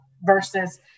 versus